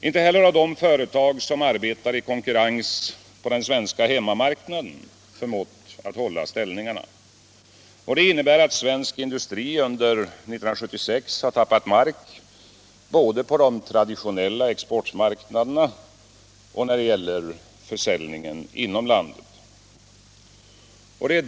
Inte heller har de företag som arbetar i konkurrens på den svenska hemmamarknaden förmått hålla ställningarna. Det innebär att svensk industri under 1976 tappat mark både på de traditionella exportmarknaderna och när det gäller försäljningen inom landet.